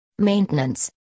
Maintenance